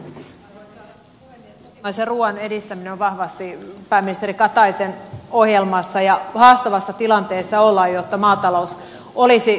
kotimaisen ruuan edistäminen on vahvasti pääministeri kataisen ohjelmassa ja haastavassa tilanteessa ollaan jotta maatalous olisi kannattavaa